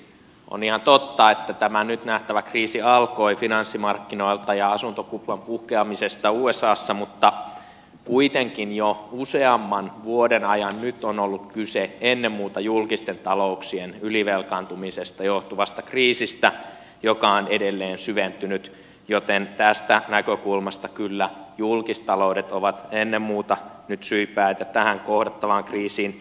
on ihan totta että tämä nyt nähtävä kriisi alkoi finanssimarkkinoilta ja asuntokuplan puhkeamisesta usassa mutta kuitenkin jo useamman vuoden ajan on ollut kyse ennen muuta julkisten talouksien ylivelkaantumisesta johtuvasta kriisistä joka on edelleen syventynyt joten tästä näkökulmasta kyllä julkistaloudet ovat ennen muuta nyt syypäitä tähän kohdattavaan kriisiin